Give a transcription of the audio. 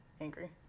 angry